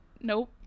nope